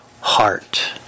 heart